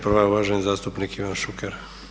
Prva je uvaženi zastupnik Ivan Šuker.